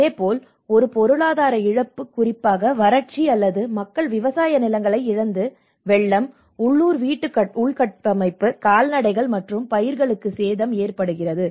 இதேபோல் ஒரு பொருளாதார இழப்பு குறிப்பாக வறட்சி அல்லது மக்கள் விவசாய நிலங்களை இழந்த வெள்ளம் உள்ளூர் வீட்டு உள்கட்டமைப்பு கால்நடைகள் மற்றும் பயிர்களுக்கு சேதம் ஏற்படுகிறது